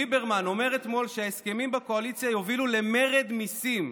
ליברמן אומר אתמול שההסכמים בקואליציה יובילו למרד מיסים.